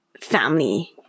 family